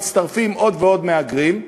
שמצטרפים עוד ועוד מהגרים,